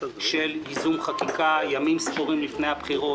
של ייזום חקיקה ימים ספורים לפני הבחירות,